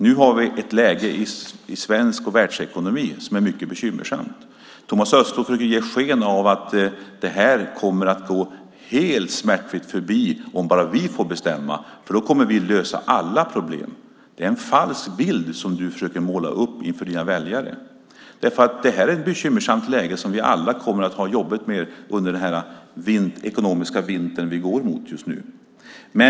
Nu har vi ett läge i svensk ekonomi och världsekonomi som är mycket bekymmersamt. Thomas Östros försöker ge sken av att det här kommer att gå helt smärtfritt förbi om bara de får bestämma, för då kommer de att lösa alla problem. Det är en falsk bild som du försöker måla upp inför dina väljare, därför att det här är ett bekymmersamt läge som vi alla kommer att ha jobbigt med under den ekonomiska vinter som vi går emot just nu.